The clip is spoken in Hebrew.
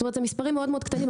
אלה מספרים מאוד מאוד קטנים,